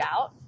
out